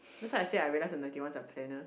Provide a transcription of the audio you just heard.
that's why I say I realise that ninety ones are planners